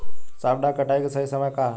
सॉफ्ट डॉ कटाई के सही समय का ह?